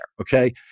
okay